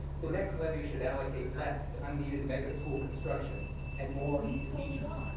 the next levy should allocate less to unneeded mega school construction and more to teachers.